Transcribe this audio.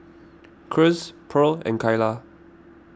Cruz Purl and Kylah